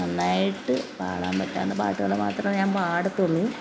നന്നായിട്ട് പാടാൻ പറ്റാവുന്ന പാട്ടുകൾ മാത്രമേ ഞാൻ പാടത്തുള്ളു